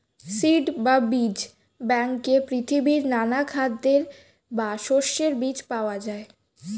seed বা বীজ ব্যাংকে পৃথিবীর নানা খাদ্যের বা শস্যের বীজ পাওয়া যায়